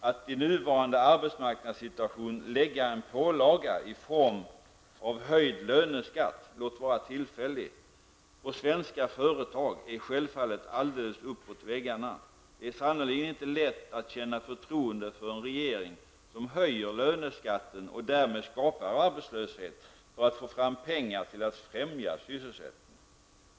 Att i nuvarande arbetsmarknadssituation lägga en pålaga i form av höjd löneskatt -- låt vara tillfällig -- på svenska företag är självfallet alldeles uppåt väggarna. Det är sannerligen inte lätt att känna förtroende för en regering som höjer löneskatten och därmed skapar arbetslöshet för att få fram pengar till att främja sysselsättningen.